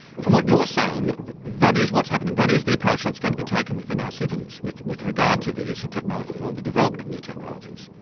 from what you're saying that is what's happening, that is the approach that is going to be taken within our cities with with regard to the use of technologies or the development of new technologies.